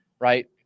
right